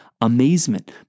amazement